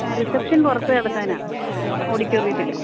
reception പുറത്ത് നടത്താനാണ് ഓഡിറ്റോറിയത്തിൽ